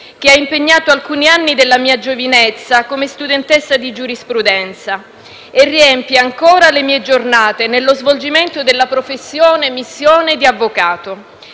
che ha impegnato alcuni anni della mia giovinezza come studentessa di giurisprudenza e riempie ancora le mie giornate nello svolgimento della professione-missione di avvocato.